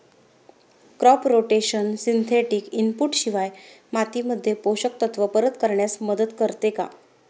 Crop rotation synthetic input शिवाय मातीमध्ये पोषक तत्त्व परत करण्यास मदत करते का?